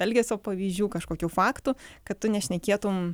elgesio pavyzdžių kažkokių faktų kad tu nešnekėtum